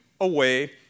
away